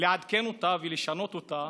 לעדכן ולשנות אותה,